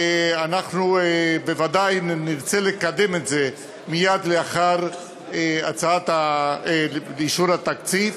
אנחנו בוודאי נרצה לקדם את זה מייד לאחר אישור התקציב,